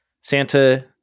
Santa